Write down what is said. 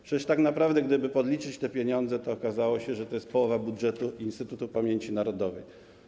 Przecież tak naprawdę, gdyby podliczyć te pieniądze, to okazałoby się, że to jest połowa budżetu Instytutu Pamięci Narodowej.